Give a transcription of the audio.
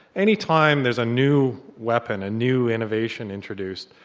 any time there is a new weapon, a new innovation introduced,